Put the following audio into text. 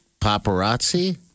Paparazzi